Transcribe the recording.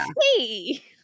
see